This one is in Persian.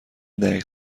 دقیق